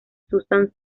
susan